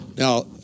Now